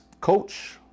coach